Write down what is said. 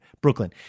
Brooklyn